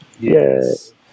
Yes